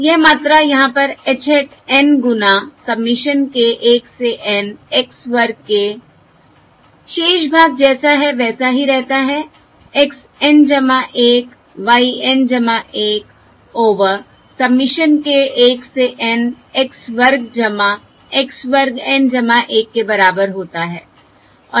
यह मात्रा यहाँ पर h hat N गुना सबमिशन k 1 से N x वर्ग k शेष भाग जैसा है वैसा ही रहता है x N 1 y N 1 over summation k 1 से N x वर्ग x वर्ग N 1के बराबर होता है